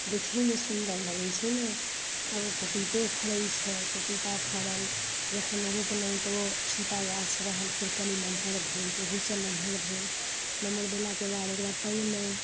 देखेमे सुन्दर लगैत छै ने तऽ पपीतो फड़ैत छै पपीता फड़ल जखन रोपलहुँ तऽ ओ छोटा गाछ रहल फेर कनी नमहर भेल ओहूसँ नमहर भेल नमहर भेलाके बाद ओकरा पंगलहुँ